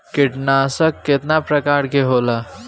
कीटनाशक केतना प्रकार के होला?